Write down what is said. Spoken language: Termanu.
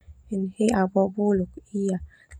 He au babuluk ia.